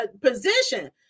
position